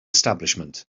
establishment